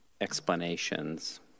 explanations